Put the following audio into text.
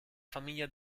famiglia